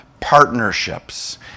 partnerships